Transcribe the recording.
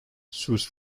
sus